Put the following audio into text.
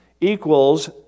equals